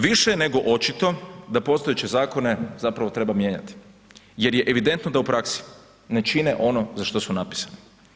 Više nego očito da postojeće zakone zapravo treba mijenjati jer je evidentno da u praksi ne čine ono za što su napisani.